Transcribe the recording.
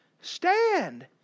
Stand